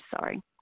sorry